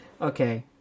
Okay